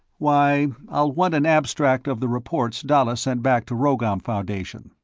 why, i'll want an abstract of the reports dalla sent back to rhogom foundation.